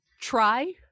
try